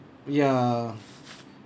ya